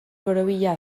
borobila